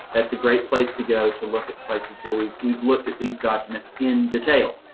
that's a great place to go to look at places where we've, we've looked at these documents in detail.